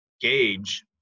gauge